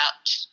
out